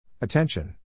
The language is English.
Attention